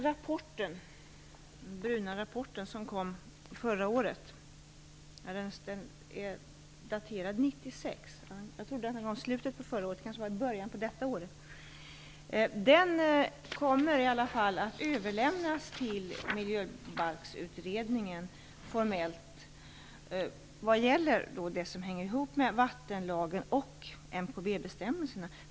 Den bruna rapport som jag håller i min hand och som kom i början av detta år kommer att formellt överlämnas till Miljöbalksutredningen för att det som finns i rapporten skall kunna analyseras vad gäller det som hänger ihop med vattenlagen och MKB-bestämmelserna.